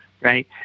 Right